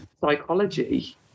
psychology